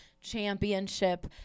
championship